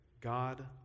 God